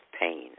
pain